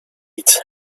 its